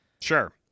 Sure